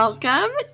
Welcome